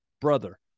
Brother